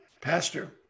Pastor